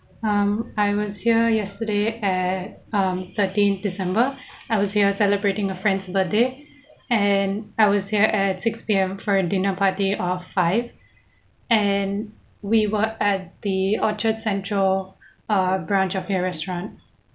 um I was here yesterday at um thirteen december I was here celebrating a friend's birthday and I was here at six P_M for a dinner party of five and we were at the orchard central a branch of your restaurant